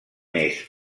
més